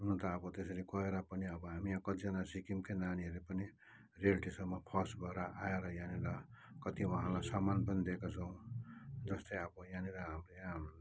हुनु त अब त्यसरी गएर पनि अब हामी या कतिजना सक्किमकै नानीहरू पनि रियालिटी सोमा फर्स्ट भएर आएर यहाँनिर कति वहाँलाई सम्मान पनि दिएको छौ जस्तै अब यहाँनिर हामीले यहाँ हाम्रो